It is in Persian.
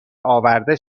آورده